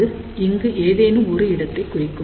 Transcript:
அது இங்கு ஏதேனும் ஒரு இடத்தை குறிக்கும்